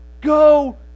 Go